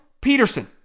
Peterson